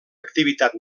activitat